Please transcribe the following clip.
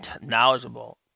knowledgeable